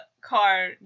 car